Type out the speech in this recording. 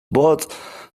both